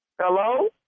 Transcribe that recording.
Hello